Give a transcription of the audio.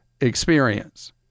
experience